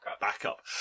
backup